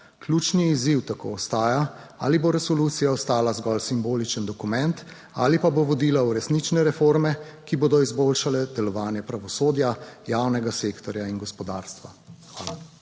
Ključni izziv tako ostaja, ali bo resolucija ostala zgolj simboličen dokument, ali pa bo vodila v resnične reforme? Ki bodo izboljšale delovanje pravosodja, javnega sektorja in gospodarstva.